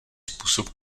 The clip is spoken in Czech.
způsob